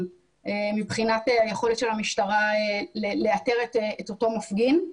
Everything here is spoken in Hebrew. מבחינת יכולת המשטרה לאתר את אותו מפגין.